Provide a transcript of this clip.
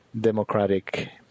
Democratic